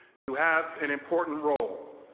you have an important role,